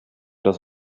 das